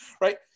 right